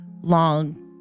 long